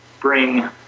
bring